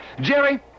Jerry